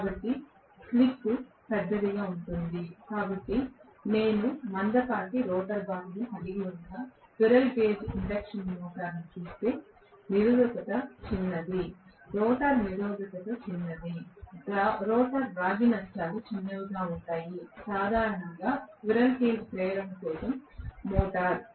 కాబట్టి స్లిప్ పెద్దదిగా ఉంటుంది కాబట్టి నేను మందపాటి రోటర్ బార్లను కలిగి ఉన్న స్క్విరెల్ కేజ్ ఇండక్షన్ మోటారును చూస్తే నిరోధకత చిన్నది రోటర్ నిరోధకత చిన్నది రోటర్ రాగి నష్టాలు చిన్నవిగా ఉంటాయి సాధారణంగా స్క్విరెల్ కేజ్ ప్రేరణ కోసం మోటార్